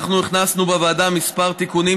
אנחנו הכנסנו בוועדה כמה תיקונים,